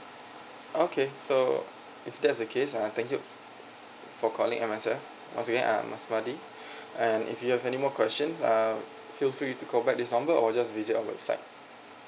okay so if that's the case uh thank you for calling M_S_F once again I'm asmali and if you have any more questions uh feel free to call back this number or just visit our website